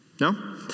No